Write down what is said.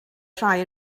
rhai